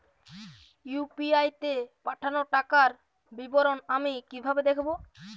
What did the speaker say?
UPI তে পাঠানো টাকার বিবরণ আমি কিভাবে দেখবো?